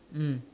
mmhmm